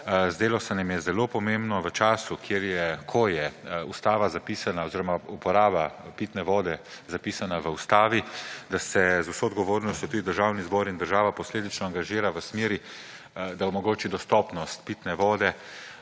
Zdelo se nam je zelo pomembno, da se v času, ko je v ustavo zapisana oziroma uporaba pitne vode zapisana v ustavi, z vso odgovornostjo tudi Državni zbor in država posledično angažira v smeri, da omogoči dostopnost pitne vode